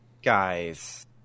Guys